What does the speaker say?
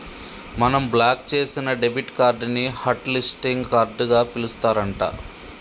మనం బ్లాక్ చేసిన debit card ని హట్ లిస్టింగ్ కార్డుగా పిలుస్తారు అంట